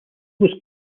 was